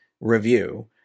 review